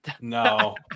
No